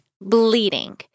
bleeding